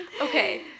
Okay